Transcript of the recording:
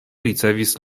ricevis